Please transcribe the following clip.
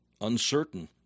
uncertain